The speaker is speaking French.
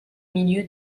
milieu